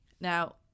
Now